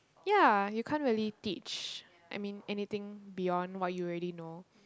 ya you can't really teach I mean anything beyond what you already know